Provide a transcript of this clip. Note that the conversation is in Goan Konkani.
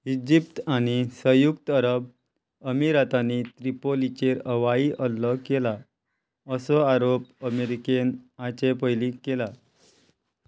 इजिप्त आनी संयुक्त अरब अमिरातांनी त्रिपोलीचेर हवाई हल्लो केला असो आरोप अमेरिकेन हाचे पयलीं केला